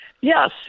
Yes